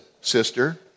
sister